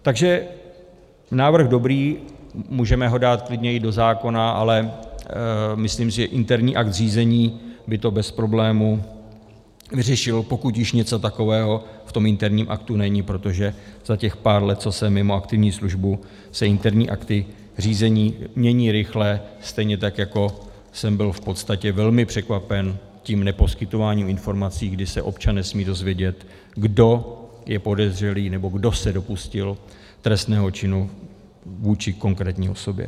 Takže návrh dobrý, můžeme ho dát klidně i do zákona, ale myslím si, že interní akt řízení by to bez problémů vyřešil, pokud už něco takového v tom interním aktu není, protože za těch pár let, co jsem mimo aktivní službu, se interní akty řízení mění rychle, stejně tak jako jsem byl v podstatě velmi překvapen tím neposkytování informací, kdy se občan nesmí dozvědět, kdo je podezřelý nebo kdo se dopustil trestného činu vůči konkrétní osobě.